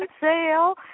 sale